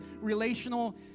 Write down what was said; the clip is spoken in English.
relational